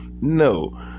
No